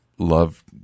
Love